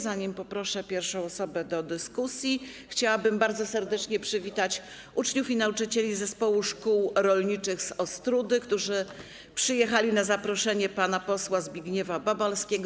Zanim poproszę pierwszą osobę, chciałabym bardzo serdecznie przywitać uczniów i nauczycieli Zespołu Szkół Rolniczych z Ostródy, którzy przyjechali na zaproszenie pana posła Zbigniewa Babalskiego.